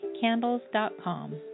candles.com